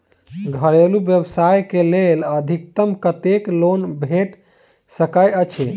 घरेलू व्यवसाय कऽ लेल अधिकतम कत्तेक लोन भेट सकय छई?